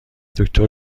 دکتر